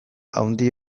handi